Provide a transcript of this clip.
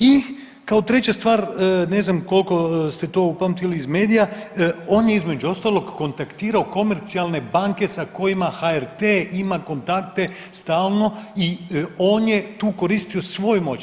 I kao treća stvar ne znam koliko ste to upamtili iz medija on je između ostalog kontaktirao komercijalne banke sa kojima HRT ima kontakte stalno i on je tu koristio svoje moći.